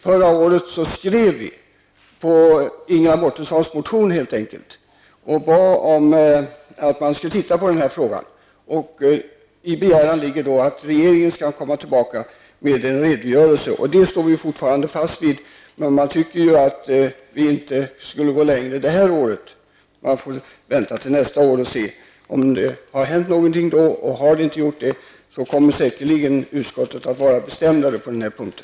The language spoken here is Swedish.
Förra året skrev vi, efter det att Ingela Mårtensson hade väckt sin motion, till regeringen och bad att man där skulle titta på frågan. I vår begäran ligger att regeringen skall komma tillbaka med en redogörelse. Det står vi fortfarande fast vid. Man menar att vi inte skulle gå längre det här året, utan att vi får lov att vänta till nästa år och se om det då har hänt någonting. Om så inte är fallet, kommer säkerligen utskottet att vara mer bestämt på den här punkten.